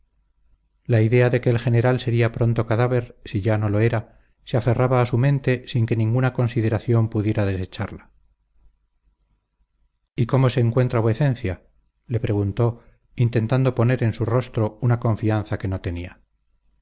la idea de que el general sería pronto cadáver si ya no lo era se aferraba a su mente sin que ninguna consideración pudiera desecharla y cómo se encuentra vuecencia le preguntó intentando poner en su rostro una confianza que no tenía